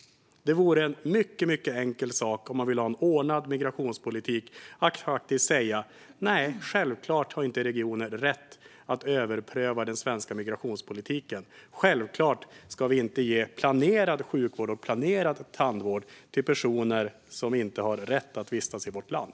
Om man vill ha en ordnad migrationspolitik vore det en mycket enkel sak att säga: Nej, självklart har inte regioner rätt att överpröva den svenska migrationspolitiken. Självklart ska vi inte ge planerad sjukvård och planerad tandvård till personer som inte har rätt att vistas i vårt land.